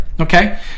okay